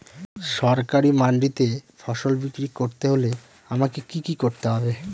সরকারি মান্ডিতে ফসল বিক্রি করতে হলে আমাকে কি কি করতে হবে?